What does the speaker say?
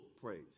praise